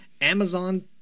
Amazon